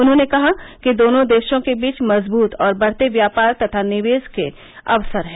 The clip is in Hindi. उन्होंने कहा कि दोनों देशों के बीच मजबूत और बढ़ते व्यापार तथा निवेश के अवसर हैं